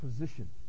position